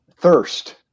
thirst